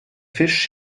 fisch